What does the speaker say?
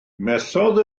methodd